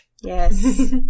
Yes